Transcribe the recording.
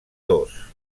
dos